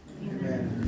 Amen